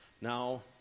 now